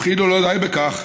וכאילו לא די בכך,